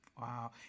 Wow